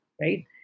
Right